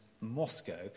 Moscow